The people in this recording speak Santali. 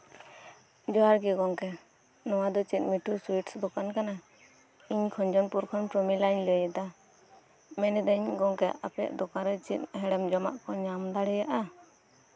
ᱡᱚᱸᱦᱟᱨ ᱜᱮ ᱜᱳᱢᱠᱮ ᱱᱚᱣᱟ ᱫᱚ ᱢᱤᱛᱩᱞ ᱥᱩᱭᱤᱴᱥ ᱫᱳᱠᱟᱱ ᱠᱟᱱᱟ ᱤᱧ ᱠᱷᱚᱧᱡᱚᱯᱩᱨ ᱠᱷᱚᱱ ᱯᱚᱢᱤᱞᱟᱧ ᱞᱟᱹᱭ ᱫᱟ ᱢᱮᱱᱫᱟᱹᱧ ᱜᱚᱢᱠᱮ ᱟᱯᱮᱭᱟᱜ ᱫᱚᱠᱟᱱ ᱨᱮ ᱪᱮᱫ ᱦᱮᱲᱮᱢᱟᱜ ᱡᱚᱢᱟᱜ ᱧᱟᱢ ᱫᱟᱲᱮᱭᱟᱜᱼᱟ